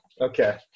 Okay